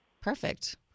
Perfect